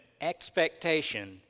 expectation